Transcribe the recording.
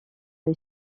les